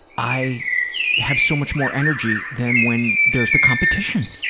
i have so much more energy than when there's the competition.